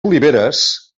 oliveres